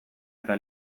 eta